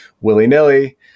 willy-nilly